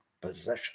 possession